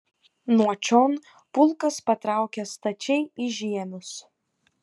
nuo čion pulkas patraukė stačiai į žiemius